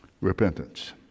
repentance